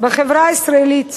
בחברה הישראלית